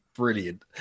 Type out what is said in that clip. brilliant